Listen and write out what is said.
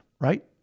Right